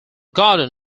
garden